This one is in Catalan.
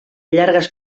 llargues